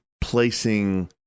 placing